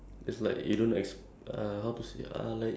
like is some co~ coincidence know means like